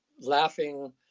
laughing